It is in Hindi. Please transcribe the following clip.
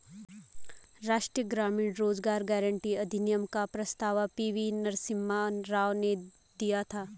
राष्ट्रीय ग्रामीण रोजगार गारंटी अधिनियम का प्रस्ताव पी.वी नरसिम्हा राव ने दिया था